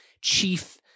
chief